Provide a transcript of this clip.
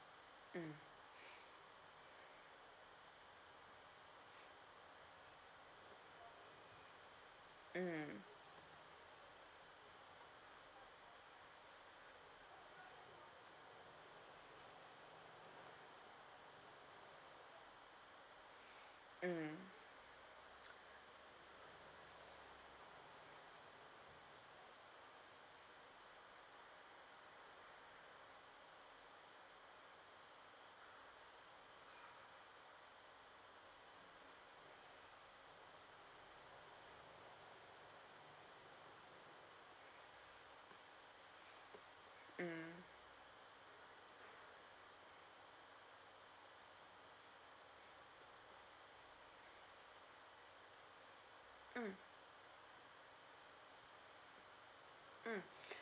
mm mm mm mm mm mm